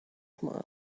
smiled